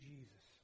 Jesus